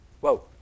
whoa